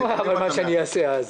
אוי, מה שאני אעשה אז.